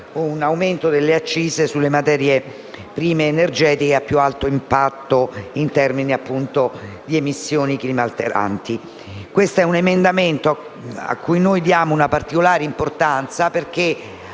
un aumento delle accise sulle materie prime energetiche a più alto impatto in termini di emissioni climalteranti. Questo è un emendamento che consideriamo particolarmente importante perché